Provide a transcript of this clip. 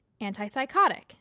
antipsychotic